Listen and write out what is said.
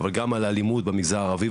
אבל גם על האלימות במגזר הערבי,